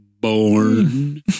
born